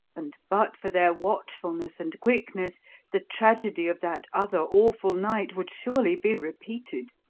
and but for their watchfulness and quickness the tragedy of that other awful night would surely be repeated.